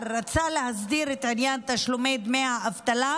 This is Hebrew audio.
רצה להסדיר את עניין תשלומי דמי האבטלה.